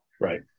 Right